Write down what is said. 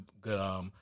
good